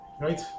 right